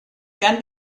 can